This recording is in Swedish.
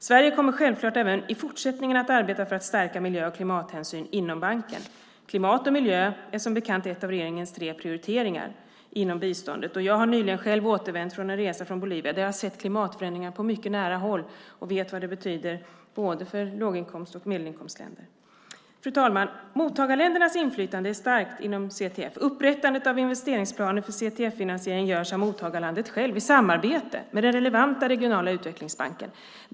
Sverige kommer självklart även i fortsättningen att arbeta för att stärka miljö och klimathänsynen inom banken. Klimat och miljö är, som bekant, en av regeringens tre prioriteringar inom biståndet. Jag har nyligen själv återvänt från en resa till Bolivia, där jag har sett klimatförändringar på mycket nära håll och vet vad de betyder både för låginkomst och medelinkomstländer. Fru talman! Mottagarländernas inflytande är starkt inom CTF. Upprättandet av investeringsplaner för CTF-finansiering görs av mottagarlandet självt i samarbete med den relevanta regionala utvecklingsbanken.